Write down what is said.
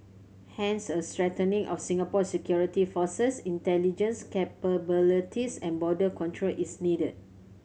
hence a strengthening of Singapore's security forces intelligence capabilities and border control is needed